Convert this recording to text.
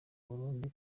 burundi